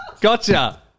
Gotcha